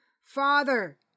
Father